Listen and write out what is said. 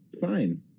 fine